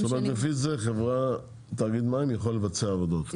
לפי זה, תאגיד מים יכול לבצע עבודות.